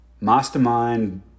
mastermind